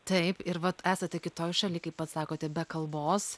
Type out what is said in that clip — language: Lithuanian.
taip ir vat esate kitoj šaly kaip pats sakote be kalbos